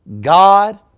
God